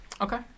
Okay